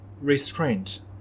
restraint